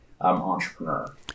entrepreneur